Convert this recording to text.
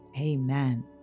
Amen